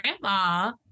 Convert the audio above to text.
grandma